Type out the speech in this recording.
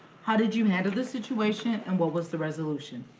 how did you handle the situation, and what was the resolution?